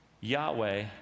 Yahweh